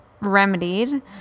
remedied